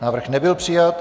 Návrh nebyl přijat.